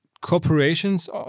corporations